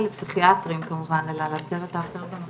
לפסיכיאטרים כמובן אלא לצוות האחר במחלקה.